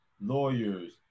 lawyers